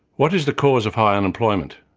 what is the cause of high unemployment?